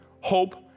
hope